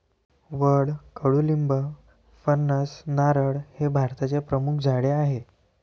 वड, कडुलिंब, फणस, नारळ हे भारताचे प्रमुख झाडे आहे